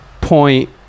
point